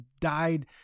died